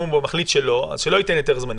אם הוא מחליט שלא, אז שלא ייתן היתר זמני.